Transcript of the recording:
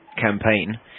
campaign